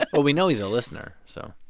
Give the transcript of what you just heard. but well, we know he's a listener. so.